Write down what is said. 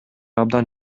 абдан